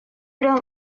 don’t